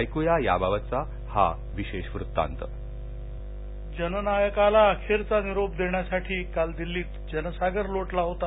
ऐकूया याबाबतचा हा विशेष वृत्तांत जननायकाला अखेरचा निरोप देण्यासाठी काल दिल्लीत जनसागर लोटला होता